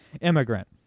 immigrant